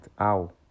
ow